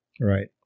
Right